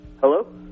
Hello